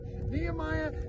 nehemiah